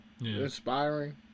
inspiring